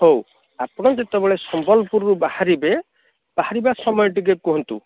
ହଉ ଆପଣ ଯେତେବେଳେ ସମ୍ବଲପୁରରୁ ବାହାରିବେ ବାହାରିବା ସମୟ ଟିକେ କୁହନ୍ତୁ